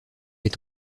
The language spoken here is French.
est